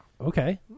Okay